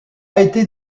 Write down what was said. été